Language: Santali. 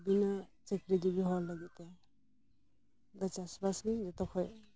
ᱵᱤᱱᱟᱹ ᱪᱟᱹᱠᱨᱤ ᱡᱤᱵᱤ ᱦᱚᱲ ᱞᱟᱹᱜᱤᱫ ᱛᱮᱫᱚ ᱪᱟᱥᱵᱟᱥ ᱜᱮ ᱡᱚᱛᱚ ᱠᱷᱚᱱ